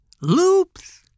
loops